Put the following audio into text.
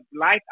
life